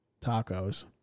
tacos